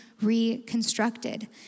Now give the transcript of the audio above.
reconstructed